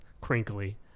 crinkly